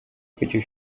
chwycił